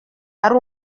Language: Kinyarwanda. ari